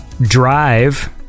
Drive